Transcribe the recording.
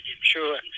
Sure